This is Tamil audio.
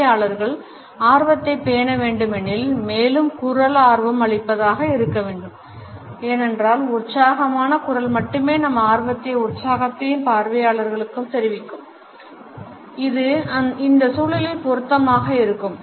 பார்வையாளர்கள் ஆர்வத்தை பேண வேண்டும் எனில் மேலும் குரல் ஆர்வம் அளிப்பதாக இருக்க வேண்டும் ஏனென்றால் உற்சாகமான குரல் மட்டுமே நம் ஆர்வத்தையும் உற்சாகத்தையும் பார்வையாளர்களுக்கு தெரிவிக்கும் இது இந்த சூழலில் பொருத்தமாக இருக்கும்